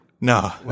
No